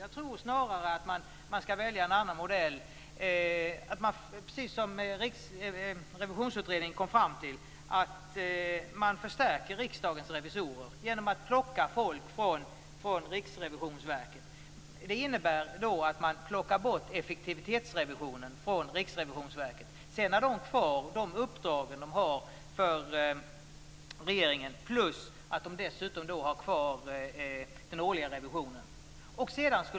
Jag tror snarare att man skall välja en annan modell, precis som Riksdagens revisorer genom att plocka folk från Riksrevisionsverket. Det innebär att man plockar bort effektivitetsrevisionen från Riksrevisionsverket. Sedan har de kvar de uppdrag de har för regeringen. Dessutom har de kvar den årliga revisionen.